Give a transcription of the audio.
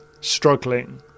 struggling